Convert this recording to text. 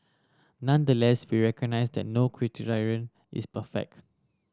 nonetheless we recognise that no criterion is perfect